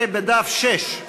11, ביקש חבר הכנסת מקלב להסיר,